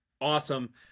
awesome